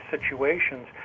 situations